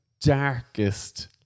darkest